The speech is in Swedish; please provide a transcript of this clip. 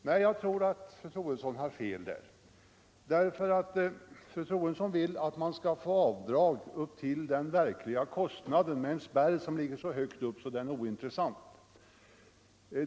Nej, jag tror att fru Troedsson har fel därvidlag. Fru Troedsson vill att man skall få avdrag upp till den verkliga kostnaden - med en spärr som ligger så högt att den är ointressant.